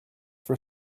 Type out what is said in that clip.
for